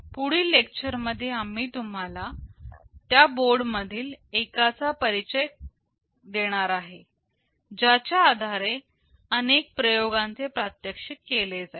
पुढील लेक्चर मध्ये आम्ही तुम्हाला त्या बोर्ड मधील एकाचा परिचय देणार आहे ज्याच्या आधारे अनेक प्रयोगांचे प्रात्यक्षिक केले जाईल